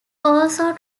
also